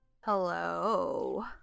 hello